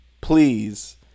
please